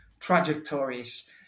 trajectories